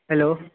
hello